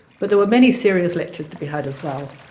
but there were many serious lectures to be had as well,